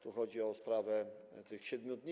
Tu chodzi o sprawę tych 7 dni.